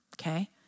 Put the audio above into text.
okay